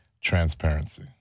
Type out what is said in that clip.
transparency